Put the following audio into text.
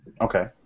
Okay